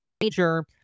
major